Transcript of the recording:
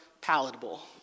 palatable